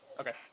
Okay